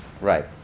right